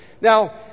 Now